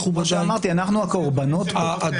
כמו שאמרתי, אנחנו הקורבנות פה.